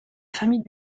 famille